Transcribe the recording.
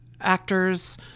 actors